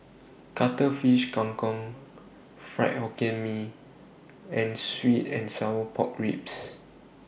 Cuttlefish Kang Kong Fried Hokkien Mee and Sweet and Sour Pork Ribs